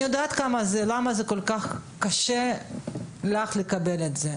יודעת למה כל כך קשה לך לקבל את זה.